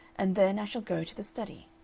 and then i shall go to the study.